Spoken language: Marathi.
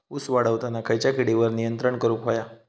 ऊस वाढताना खयच्या किडींवर नियंत्रण करुक व्हया?